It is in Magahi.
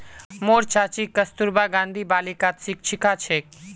मोर चाची कस्तूरबा गांधी बालिकात शिक्षिका छेक